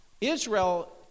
Israel